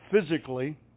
physically